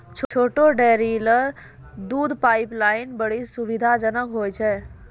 छोटो डेयरी ल दूध पाइपलाइन बड्डी सुविधाजनक होय छै